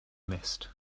missed